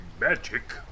magic